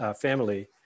family